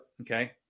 okay